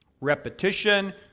Repetition